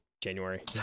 January